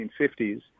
1950s